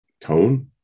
tone